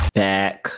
back